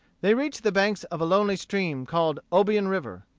they reached the banks of a lonely stream, called obion river,